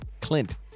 Clint